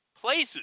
places